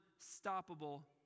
unstoppable